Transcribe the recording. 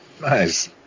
Nice